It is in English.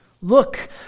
Look